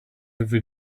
every